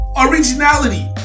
originality